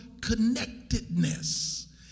connectedness